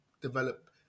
develop